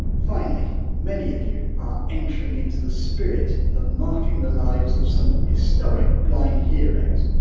finally, many of you are entering into the spirit of marking the lives of some historic blind heroes.